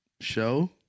show